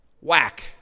whack